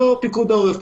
לא פיקוד העורף.